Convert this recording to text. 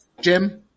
Jim